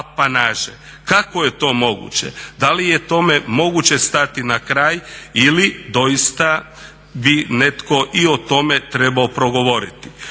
Kako je to moguće? Da li je tome moguće stati na kraj ili doista bi netko i o tome trebao progovoriti.